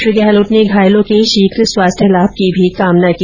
श्री गहलोत ने घायलों के शीघ्र स्वास्थ्य लाभ की भी कामना की